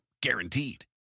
Guaranteed